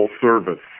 service